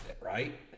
right